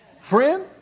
friend